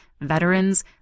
veterans